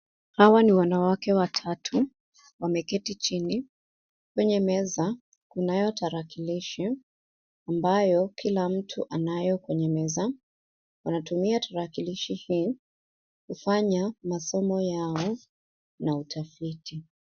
Hawa ni wanawake watatu. Wameketi chini. Kwenye meza kunayo tarakilishi ambayo kila mtu anayo kwenye meza. Wanatumia tarakilishi hii kufanya masomo yao na utafiti.